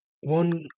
one